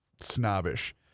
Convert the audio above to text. snobbish